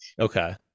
okay